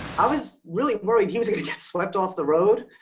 i was really worried he was gonna get swept off the road.